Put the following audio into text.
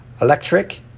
electric